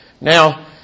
Now